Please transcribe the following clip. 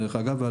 דרך אגב,